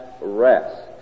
rest